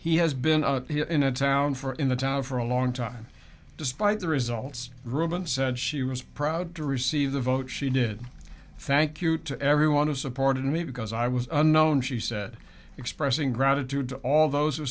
he has been in a town for in the town for a long time despite the results ruben said she was proud to receive the vote she did thank you to everyone who supported me because i was unknown she said expressing gratitude to all those